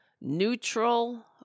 neutral